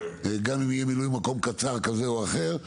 גם אם יהיה מילוי מקום קצר כזה או אחר,